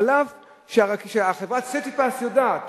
אף שחברת "סיטיפס" יודעת